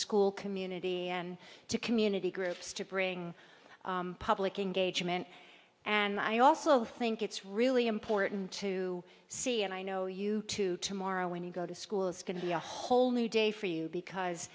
school community and to community groups to bring public engagement and i also think it's really important to see and i know you two tomorrow when you go to school it's going to be a whole new day for you because